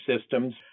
systems